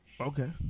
Okay